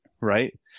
right